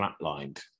flatlined